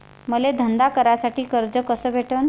मले धंदा करासाठी कर्ज कस भेटन?